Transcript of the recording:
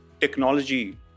technology